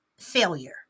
failure